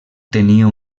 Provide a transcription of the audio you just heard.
tenia